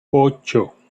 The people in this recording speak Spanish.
ocho